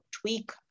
tweak